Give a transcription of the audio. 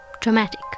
Dramatic